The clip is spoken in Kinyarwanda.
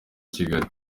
kigali